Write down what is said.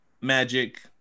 Magic